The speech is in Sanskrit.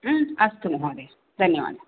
अस्तु महोदय धन्यवादाः